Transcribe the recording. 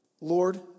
Lord